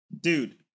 dude